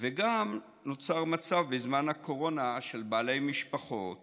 וגם נוצר מצב בזמן הקורונה שבעלי משפחות